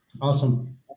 Awesome